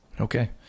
Okay